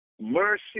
mercy